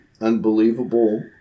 unbelievable